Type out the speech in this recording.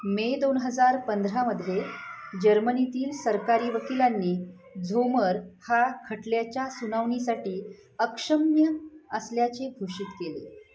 मे दोन हजार पंधरामध्ये जर्मनीतील सरकारी वकिलांनी झोमर हा खटल्याच्या सुनावणीसाठी अक्षम असल्याचे घोषित केले